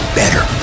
better